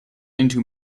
into